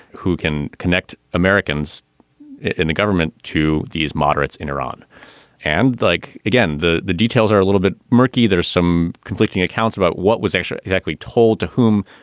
who can connect americans in the government to these moderates in iran and the like. again, the the details are a little bit murky. there's some conflicting accounts about what was actually exactly told to whom,